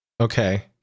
okay